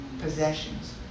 possessions